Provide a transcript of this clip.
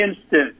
instant